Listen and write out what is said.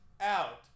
out